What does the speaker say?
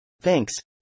Thanks